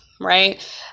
right